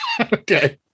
Okay